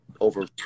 over